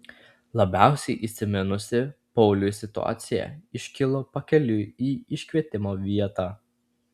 labiausiai įsiminusi pauliui situacija iškilo pakeliui į iškvietimo vietą